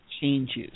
changes